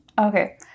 Okay